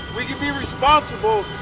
we can be responsible.